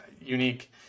unique